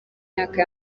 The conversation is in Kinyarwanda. myaka